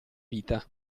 vita